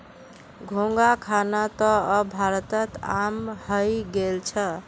घोंघा खाना त अब भारतत आम हइ गेल छ